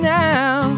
now